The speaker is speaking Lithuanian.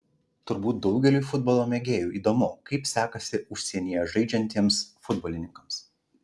turbūt daugeliui futbolo mėgėjų įdomu kaip sekasi užsienyje žaidžiantiems futbolininkams